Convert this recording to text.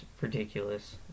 ridiculous